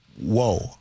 Whoa